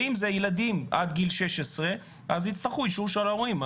אם אלה ילדים עד גיל 16 אז יצטרכו אישור של ההורים,